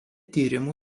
tyrimų